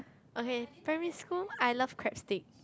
okay primary school I love crab stick